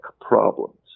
problems